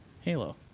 Halo